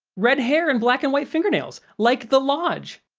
red hair and black and white fingernails like the lodge!